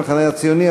המחנה הציוני,